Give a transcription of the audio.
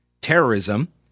terrorism